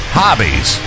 hobbies